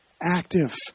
active